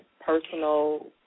personal